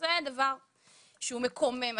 זה דבר שהוא מקומם.